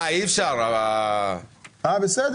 אני רק אומר